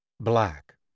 black